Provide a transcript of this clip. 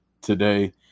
today